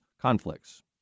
conflicts